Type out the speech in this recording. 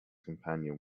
companion